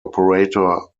operator